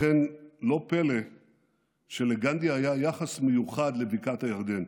לכן, לא פלא שלגנדי היה יחס מיוחד לבקעת הירדן.